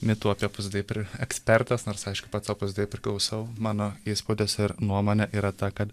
mitų apie opus dei pri ekspertas nors aišku pats opus dei priklausau mano įspūdis ir nuomonė yra ta kad